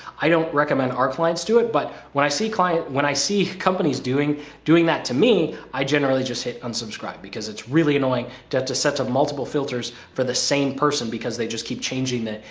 i don't recommend our clients do it, but when i see clients, when i see companies doing doing that to me, i generally just hit unsubscribe because it's really annoying to have to set up multiple filters for the same person, because they just keep changing the,